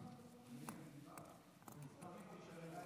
הישיבה האחרונה שהייתה